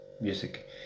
music